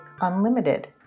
unlimited